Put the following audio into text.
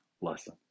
lesson